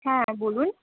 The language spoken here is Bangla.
হ্যাঁ বলুন